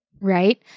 right